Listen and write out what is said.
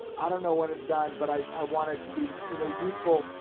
i don't know when it's done, but i want it to be, you know, useful,